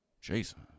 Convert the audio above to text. Jason